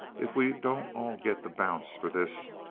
if we don't all get the bounce for this,